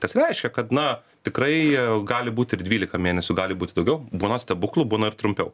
kas reiškia kad na tikrai gali būt ir dvylika mėnesių gali būt ir daugiau būna stebuklų būna ir trumpiau